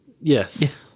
Yes